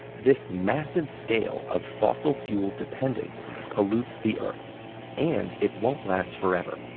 this massive scale of fossil fuel dependence pollutes the earth and it won't last forever.